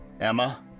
Emma